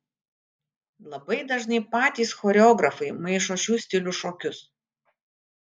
labai dažnai patys choreografai maišo šių stilių šokius